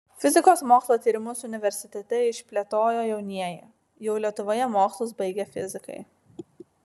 fizikos mokslo tyrimus universitete išplėtojo jaunieji jau lietuvoje mokslus baigę fizikai